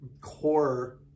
core